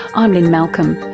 i'm lynne malcolm,